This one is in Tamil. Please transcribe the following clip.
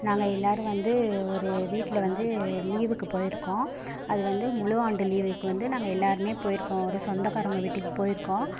நாங்கள் எல்லோரு வந்து ஒரு வீட்டில் வந்து லீவுக்கு போயிருக்கோ அது வந்து முழு ஆண்டு லீவுக்கு வந்து நாங்கள் எல்லோருமே போயிருக்கோம் ஒரு சொந்தக்காரவங்க வீட்டுக்கு போயிருக்கோம்